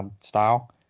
style